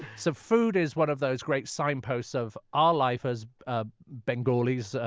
so food is one of those great signposts of our life as ah bengalis.